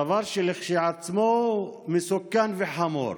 דבר שכשלעצמו הוא מסוכן וחמור.